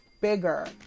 bigger